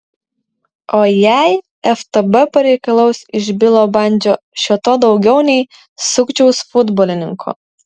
o jei ftb pareikalaus iš bilo bandžio šio to daugiau nei sukčiaus futbolininko